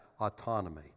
autonomy